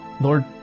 Lord